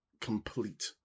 complete